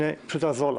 אני פשוט אעזור לך.